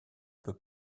peu